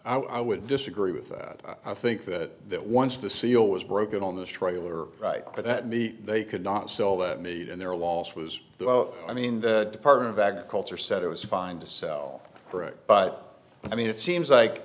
i would disagree with i think that that once the seal was broken on this trailer right but that meat they could not sell that meat and their loss was well i mean the department of agriculture said it was fine to sell direct but i mean it seems like